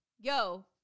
yo